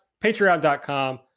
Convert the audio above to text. patreon.com